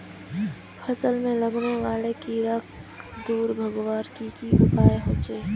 फसल में लगने वाले कीड़ा क दूर भगवार की की उपाय होचे?